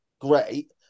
great